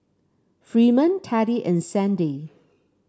Freeman Teddy and Sandi